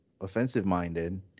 offensive-minded